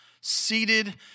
seated